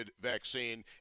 vaccine